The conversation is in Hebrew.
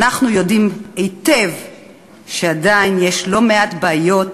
אנחנו יודעים היטב שעדיין יש לא מעט בעיות,